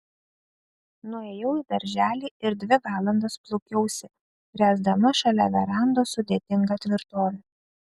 nuėjau į darželį ir dvi valandas plūkiausi ręsdama šalia verandos sudėtingą tvirtovę